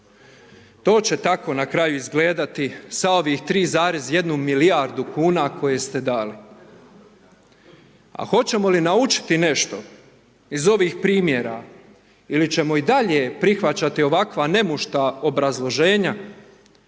To će tako na kraju izgledati sa ovih 3,1 milijardu kuna koje ste dali. A hoćemo li nešto naučiti nešto iz ovih primjera, ili ćemo i dalje prihvaćati ovakva nemušta obrazloženja,